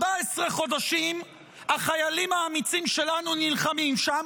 14 חודשים החיילים האמיצים שלנו נלחמים שם,